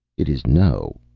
it is no,